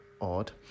odd